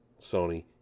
Sony